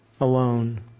alone